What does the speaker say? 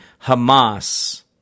Hamas